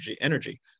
energy